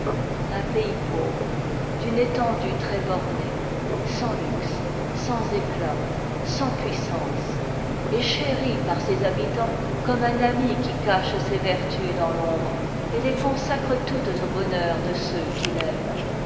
un pays pauvre d'une étendue très bornée sans luxe sans éclat sans puissance est chéri par ses habitants comme un ami qui cache ses vertus dans l'ombre et les consacre toutes au bonheur de ceux qui